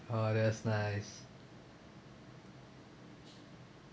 !aww! that's nice